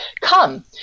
Come